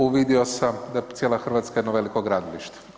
Uvidio sam da cijela Hrvatska jedno veliko gradilište.